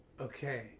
Okay